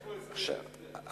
איפה אסתר?